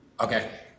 Okay